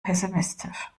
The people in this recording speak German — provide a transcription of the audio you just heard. pessimistisch